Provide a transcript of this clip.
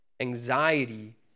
Anxiety